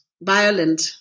violent